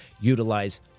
utilize